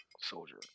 Soldier